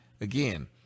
again